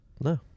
No